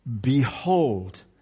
Behold